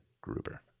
Gruber